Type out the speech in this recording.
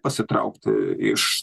pasitraukti iš